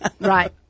Right